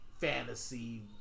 fantasy